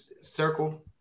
circle